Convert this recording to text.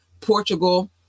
Portugal